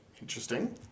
Interesting